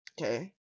Okay